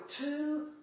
two